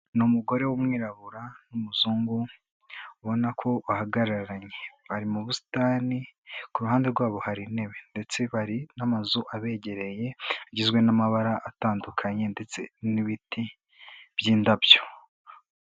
Ni umugore w'umwirabura n'umuzungu, ubona ko bahagararanye. Bari mu busitani, ku ruhande rwabo hari intebe, ndetse hari n'amazu abegereye, agizwe n'amabara atandukanye ndetse n'ibiti by'indabyo.